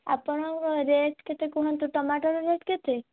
ଆପଣଙ୍କ ରେଟ୍ କେତେ କୁହନ୍ତୁ ଟମାଟର ରେଟ୍ କେତେ